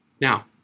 Now